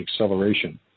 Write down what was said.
acceleration